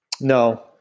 No